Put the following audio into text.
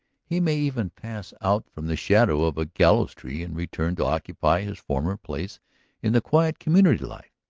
he may even pass out from the shadow of a gallows-tree and return to occupy his former place in the quiet community life,